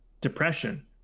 depression